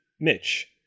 Mitch